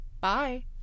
Bye